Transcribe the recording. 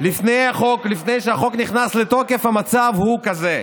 לפני שהחוק נכנס לתוקף המצב היה כזה: